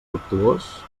fructuós